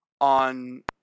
on